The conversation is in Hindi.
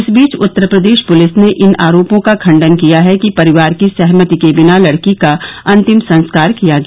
इस बीच उत्तर प्रदेश पुलिस ने इन आरोपों का खण्डन किया है कि परिवार की सहमति के बिना लडकी का अंतिम संस्कार किया गया